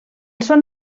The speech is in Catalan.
són